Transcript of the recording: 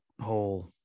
whole